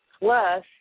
Plus